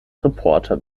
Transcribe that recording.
reporter